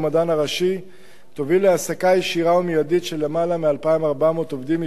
הראשי תוביל להעסקה ישירה ומיידית של למעלה מ-2,400 עובדים ישירים